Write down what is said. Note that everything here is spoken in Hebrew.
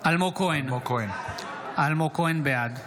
(קורא בשם חבר הכנסת) אלמוג כהן, בעד אוקיי,